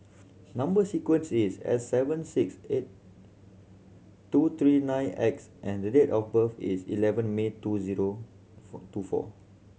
number sequence is S seven six eight two three nine X and the date of birth is eleven May two zero four two four